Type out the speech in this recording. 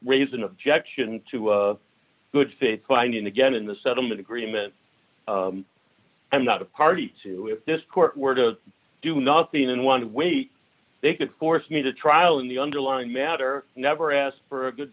raise an objection to good faith finding again in the settlement agreement i'm not a party to this court were to do nothing in one way they could force me to trial in the underlying matter never asked for a good